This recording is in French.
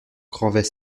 cranves